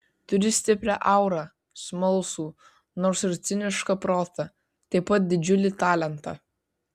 turi stiprią aurą smalsų nors ir cinišką protą taip pat didžiulį talentą